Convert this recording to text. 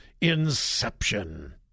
inception